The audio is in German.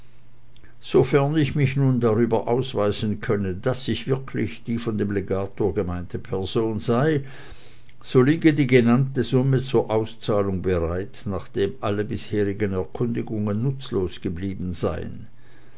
sofern ich mich nun darüber ausweisen könne daß ich wirklich die von dem legator gemeinte person sei so liege die genannte summe zur auszahlung bereit nachdem alle bisherigen erkundigungen nutzlos geblieben seien